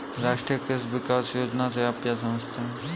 राष्ट्रीय कृषि विकास योजना से आप क्या समझते हैं?